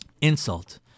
Insult